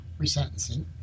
resentencing